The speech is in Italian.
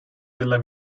della